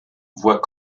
voit